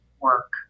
work